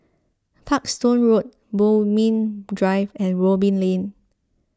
Parkstone Road Bodmin Drive and Robin Lane